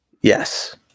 Yes